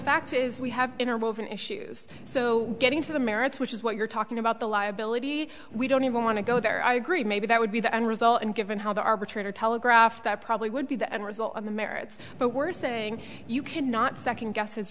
fact is we have interruption issues so getting to the merits which is what you're talking about the liability we don't even want to go there i agree maybe that would be the end result and given how the arbitrator telegraphed that probably would be the end result of the merits but we're saying you cannot second guess his